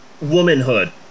womanhood